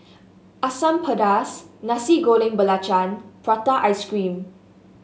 Asam Pedas Nasi Goreng Belacan Prata Ice Cream